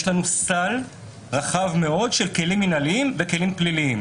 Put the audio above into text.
יש לנו סל רחב מאוד של כלים מינהליים וכלים פליליים.